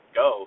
go